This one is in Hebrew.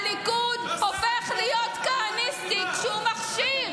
הליכוד הופך להיות כהניסטי כשהוא מכשיר,